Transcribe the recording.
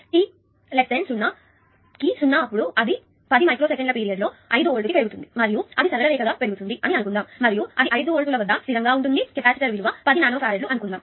T 0 కి 0 అప్పుడు అది 10 మైక్రో సెకన్ల పీరియడ్ లో 5 వోల్ట్ కి పెరుగుతుంది మరియు అది సరళ రేఖ గా పెరుగుతుంది అని అనుకుందాము మరియు అది 5 వోల్టుల వద్ద స్థిరంగా ఉంటుంది మరియు కెపాసిటర్ విలువ 10 నానో ఫారడ్స్ అని అనుకుందాము